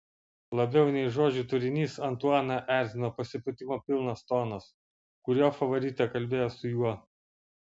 labiau nei žodžių turinys antuaną erzino pasipūtimo pilnas tonas kuriuo favoritė kalbėjo su juo